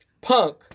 punk